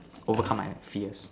overcome my fears